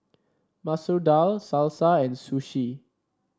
Masoor Dal Salsa and Sushi